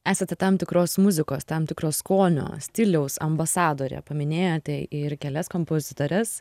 esate tam tikros muzikos tam tikro skonio stiliaus ambasadorė paminėjote ir kelias kompozitores